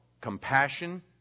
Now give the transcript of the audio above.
compassion